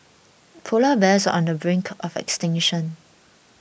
Polar Bears are on the brink of extinction